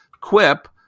Quip